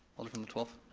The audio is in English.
alder from the twelfth.